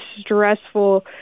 stressful